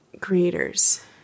creators